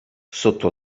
sotto